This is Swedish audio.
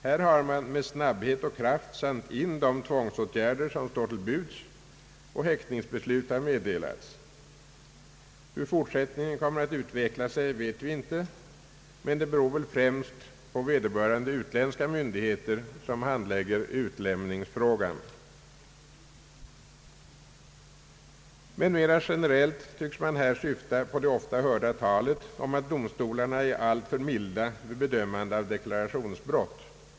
Här har man med snabbhet och kraft satt in de tvångsåtgärder som står till buds och häktningsbeslut har meddelats. Hur ärendet kommer att utveckla sig i fortsättningen, vet vi inte, men det beror väl främst på vederbörande utländska myndigheter, som handlägger utlämningsfrågan. Men mer generellt tycks man här syfta på det ofta hörda talet att domstolarna är alltför milda vid bedömande av deklarationsbrott.